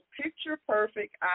picture-perfect